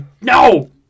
no